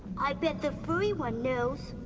i bet the furry one knows.